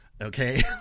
Okay